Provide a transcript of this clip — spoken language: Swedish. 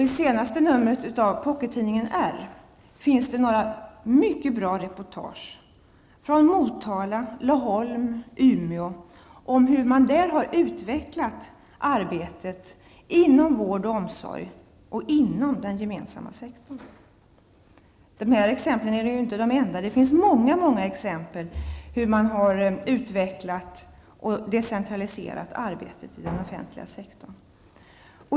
I senaste numret av Pockettidningen R finns några mycket bra reportage från Motala, Laholm och Umeå om hur man har utvecklat arbetet inom vård och omsorg och inom den gemensamma sektorn. De exemplen är inte de enda. Det finns många exempel på hur man har utvecklat och decentraliserat arbetet i den offentliga sektorn.